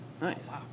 Nice